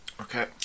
Okay